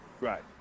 Right